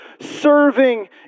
serving